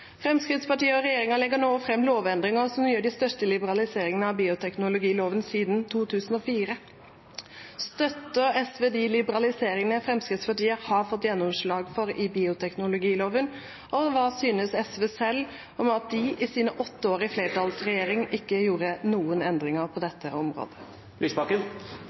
Fremskrittspartiet og regjeringen legger nå også fram lovendringer som utgjør den største liberaliseringen av bioteknologiloven siden 2004. Støtter SV de liberaliseringene Fremskrittspartiet har fått gjennomslag for i bioteknologiloven? Og hva synes SV selv om at de i sine åtte år i flertallsregjering ikke gjorde noen endringer på dette området?